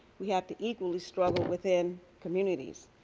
we have to equally struggle within communities.